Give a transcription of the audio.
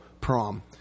prom